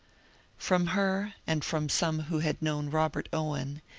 from her, and from some who had known robert owen,